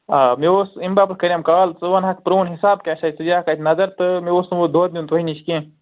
آ مےٚ اوس اَمہِ باپتھ کَریام کال ژٕ ونہکھ پرٛون حِساب کیٛاہ چھُ اَتہِ ژٕ دِیٖہکھ اَتہِ نظر تہٕ مےٚ اوس نہٕ وۅنۍ دۄد نِیُن تۄہہِ نِش کیٚنٛہہ